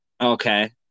Okay